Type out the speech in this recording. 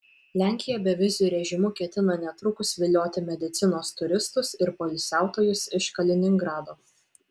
lenkija beviziu režimu ketina netrukus vilioti medicinos turistus ir poilsiautojus iš kaliningrado